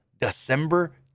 December